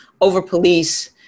over-police